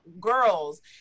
girls